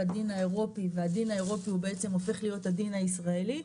הדין האירופי והדין האירופי הוא בעצם הופך להיות הדין הישראלי,